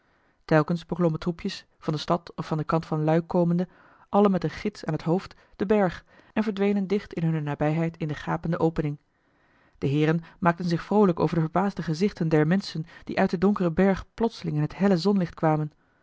telkens beklommen troepjes van de stad of van den kant van luik komende alle met een gids aan het hoofd den berg en verdwenen dicht in hunne nabijheid in de gapende opening de heeren maakten zich vroolijk over de verbaasde gezichten der menschen die uit den donkeren berg plotseling in het helle zonlicht kwamen